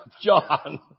John